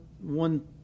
one